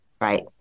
Right